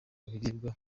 ibiribwa